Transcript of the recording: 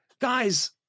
Guys